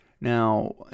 Now